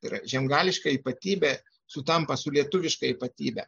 tai yra žiemgališka ypatybė sutampa su lietuviška ypatybe